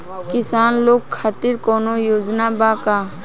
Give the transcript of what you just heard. किसान लोग खातिर कौनों योजना बा का?